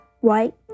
white